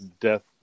death